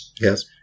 Yes